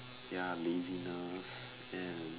ya laziness and